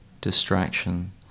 distraction